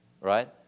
right